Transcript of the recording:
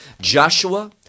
joshua